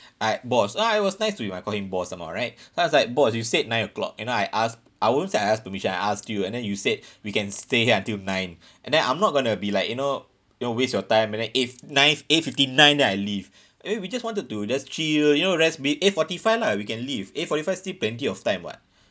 uh boss ah I was nice to him I call him boss some more right so I was like boss you said nine o'clock you know I asked I won't say I asked permission I asked you and then you said we can stay here until nine and then I'm not going to be like you know know waste your time and then if nine eight fifty nine then I leave I mean we just wanted to just chill you know rest bit eight forty five lah we can leave eight forty five still plenty of time [what]